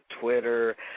Twitter